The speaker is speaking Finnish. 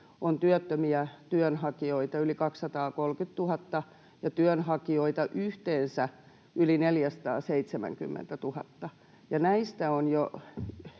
on työttömiä työnhakijoita yli 230 000 ja työnhakijoita yhteensä yli 470 000, ja näistä